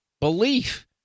belief